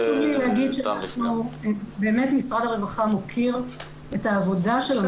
חשוב לי להגיד שמשרד הרווחה מוקיר את העבודה של המרכזים.